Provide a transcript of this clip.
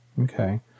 Okay